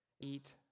eat